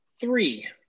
three